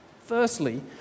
Firstly